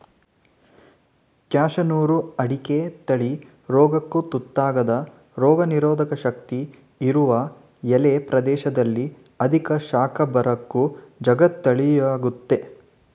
ಕ್ಯಾಸನೂರು ಅಡಿಕೆ ತಳಿ ರೋಗಕ್ಕು ತುತ್ತಾಗದ ರೋಗನಿರೋಧಕ ಶಕ್ತಿ ಇರುವ ಎಲ್ಲ ಪ್ರದೇಶದಲ್ಲಿ ಅಧಿಕ ಶಾಖ ಬರಕ್ಕೂ ಜಗ್ಗದ ತಳಿಯಾಗಯ್ತೆ